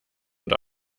und